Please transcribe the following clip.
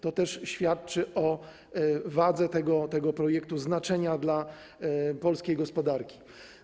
To też świadczy o wadze tego projektu, znaczeniu dla polskiej gospodarki.